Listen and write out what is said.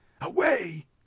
Away